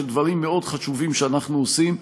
של דברים מאוד חשובים שאנחנו עושים,